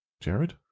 Jared